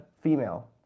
female